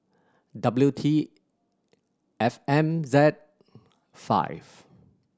W T F M Z five